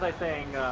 like saying